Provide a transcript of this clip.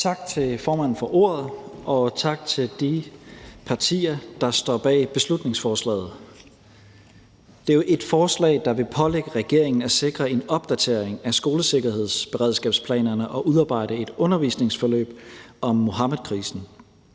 Tak til formanden for ordet, og tak til de partier, der står bag beslutningsforslaget. Det er jo et forslag, der vil pålægge regeringen at sikre en opdatering af skolesikkerhedsberedskabsplanerne og udarbejde et undervisningsforløb om Muhammedkrisen.